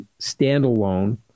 standalone